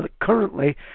Currently